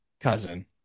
Cousin